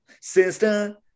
Sister